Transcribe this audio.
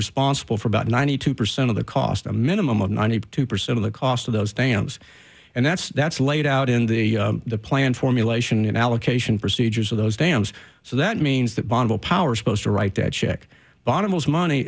responsible for about ninety two percent of the cost a minimum of ninety two percent of the cost of those dams and that's that's laid out in the plan formulation in allocation procedures for those dams so that means that bond will power supposed to write that check bottles money